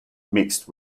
mixed